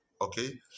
Okay